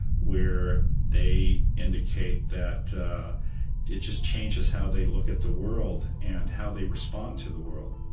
where they indicate that it just changes how they look at the world and how they respond to the world